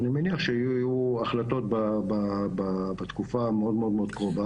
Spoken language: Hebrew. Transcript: אני מניח שיהיו החלטות בתקופה המאוד מאוד קרובה.